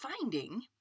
finding